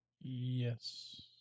Yes